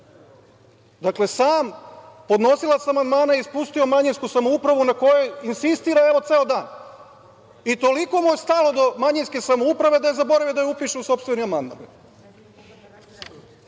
tekstu. Sam podnosilac amandmana je ispustio „manjinsku samoupravu“ na kojoj insistira, evo, ceo dan. I toliko mu je stalo do „manjinske samouprave“ da je zaboravio da je upiše u sopstveni